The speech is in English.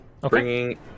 Bringing